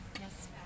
yes